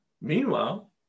Meanwhile